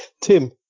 Tim